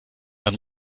man